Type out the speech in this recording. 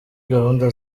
gahunda